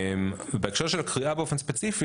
בהקשר של קריאה באופן ספציפי,